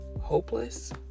Hopeless